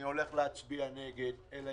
אני הולך להצביע נגד על החוק הזה,